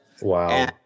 Wow